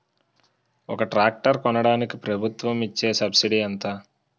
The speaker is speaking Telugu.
ఒక ట్రాక్టర్ కొనడానికి ప్రభుత్వం ఇచే సబ్సిడీ ఎంత?